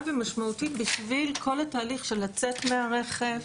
ומשמעותית בשביל כל התהליך של היציאה מהרכב,